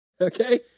okay